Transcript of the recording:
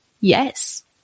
Yes